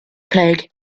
plague